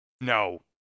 No